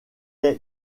est